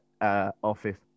office